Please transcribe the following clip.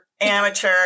Amateur